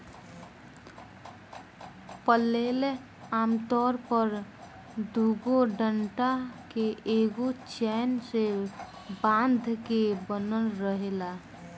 flail आमतौर पर दुगो डंडा के एगो चैन से बांध के बनल रहेला